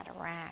Iraq